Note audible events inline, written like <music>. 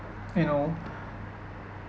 you know <breath>